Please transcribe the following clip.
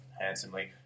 handsomely